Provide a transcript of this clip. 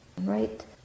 right